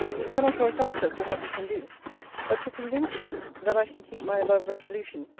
we cannot always answer for what we can do but to convince you, that i can keep my above resolution,